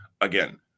Again